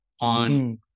on